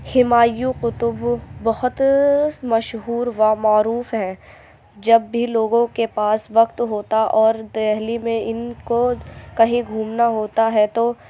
ہمایو کتب بہت مشہور و معروف ہیں جب بھی لوگو کے پاس وقت ہوتا اور دہلی میں ان کو کہیں گھومنا ہوتا ہے تو